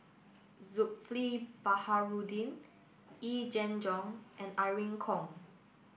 Zulkifli Baharudin Yee Jenn Jong and Irene Khong